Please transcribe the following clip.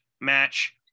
match